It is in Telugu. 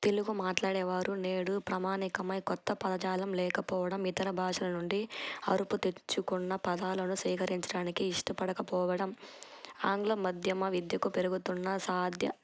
తెలుగు మాట్లాడేవారు నేడు ప్రమాణికమై కొత్త పదజాలం లేకపోవడం ఇతర భాషల నుండి అరువు తెచ్చుకున్న పదాలను సేకరించడానికి ఇష్టపడకపోవడం ఆంగ్లం మాధ్యమ విద్యకు పెరుగుతున్న సాధ్య